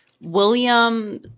william